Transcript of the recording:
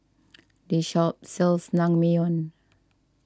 this shop sells Naengmyeon